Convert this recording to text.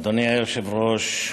אדוני היושב-ראש,